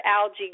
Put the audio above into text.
algae